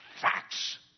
facts